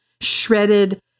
shredded